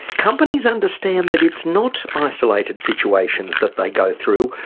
companies understand that it's not isolated situations that they go through.